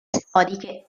storiche